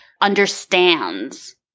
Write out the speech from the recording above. understands